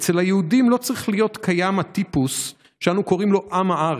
אצל היהודים לא צריך להיות קיים הטיפוס שאנו קוראים לו "עם הארץ",